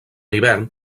hivern